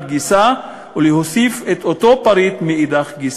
גיסא ולהוסיף את אותו פריט מאידך גיסא.